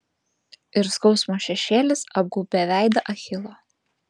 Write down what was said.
ir skausmo šešėlis apgaubė veidą achilo